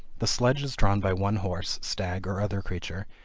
the sledge is drawn by one horse, stag or other creature,